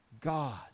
God